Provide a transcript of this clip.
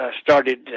started